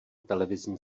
televizní